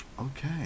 Okay